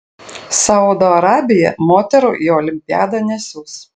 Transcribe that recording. saudo arabija moterų į olimpiadą nesiųs